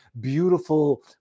beautiful